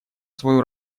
свою